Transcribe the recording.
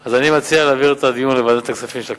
אז אני מציע להעביר את הדיון לוועדת הכספים של הכנסת.